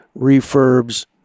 refurbs